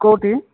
କେଉଁଠି